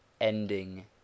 ending